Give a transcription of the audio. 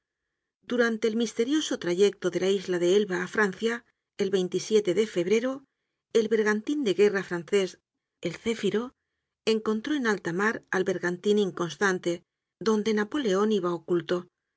durante el misterioso trayecto de la isla de elba á francia el de febrero el bergantin de guerra francés el céfiro encontró en alta mar al bergantin inconstante donde napoleon iba oculto